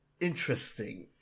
interesting